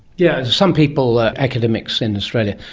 yes, some people, academics in australia,